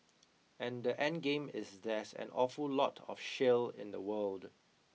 and the endgame is there's an awful lot of shale in the world